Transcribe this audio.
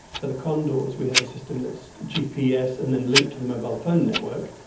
for the condors we have a system that is gps and then linked to the mobile phone network,